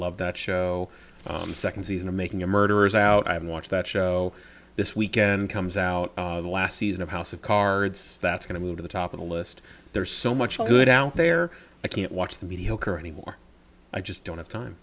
love that show the second season of making a murderer is out i've watched that show this weekend comes out the last season of house of cards that's going to move to the top of the list there's so much good out there i can't watch the mediocre anymore i just don't have